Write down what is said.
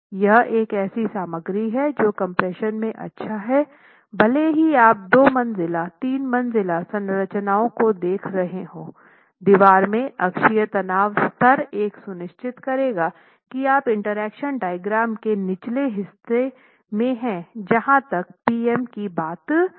यह एक ऐसी सामग्री है जो कम्प्रेशन में अच्छा है भले ही आप दो मंजिला तीन मंजिला संरचनाओं को देख रहे हों दीवार में अक्षीय तनाव स्तर यह सुनिश्चित करेगा कि आप इंटरेक्शन डायग्राम के निचले हिस्से में हैं जहां तक पी एम की बात है